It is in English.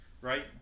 right